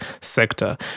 sector